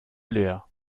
leer